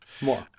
More